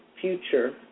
future